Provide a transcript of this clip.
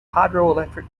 hydroelectric